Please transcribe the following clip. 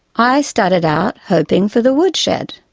i started out hoping for the woodshed